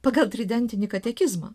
pagal tridentinį katekizmą